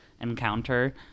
encounter